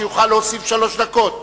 שיוכל להוסיף שלוש דקות.